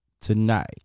tonight